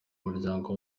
muryango